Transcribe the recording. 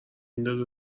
ندازه